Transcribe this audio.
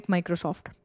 Microsoft